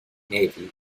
navy